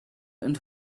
and